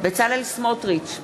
בצלאל סמוטריץ,